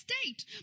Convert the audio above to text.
state